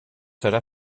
serà